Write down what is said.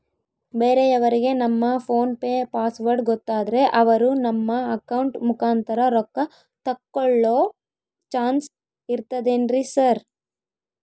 ಬೇರೆಯವರಿಗೆ ನಮ್ಮ PhonePe password ಗೊತ್ತಾದ್ರೆ ಅವರು ನಮ್ಮ ಅಕೌಂಟ್ ಮುಖಾಂತರ ರೊಕ್ಕ ತಕ್ಕೊಳ್ಳೋ ಚಾನ್ಸ್ ಇರ್ತದೆನ್ರಿ ಸರ್?